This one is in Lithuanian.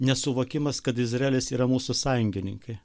nesuvokimas kad izraelis yra mūsų sąjungininkai